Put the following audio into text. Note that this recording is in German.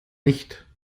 nicht